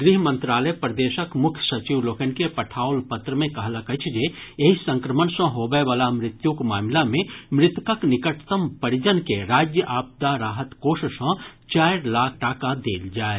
गृह मंत्रालय प्रदेशक मुख्य सचिव लोकनि के पठाओल पत्र मे कहलक अछि जे एहि संक्रमण सँ होबय वला मृत्युक मामिला मे मृतकक निकटतम परिजन के राज्य आपदा राहत कोष सँ चारि लाख टाका देल जाय